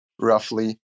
roughly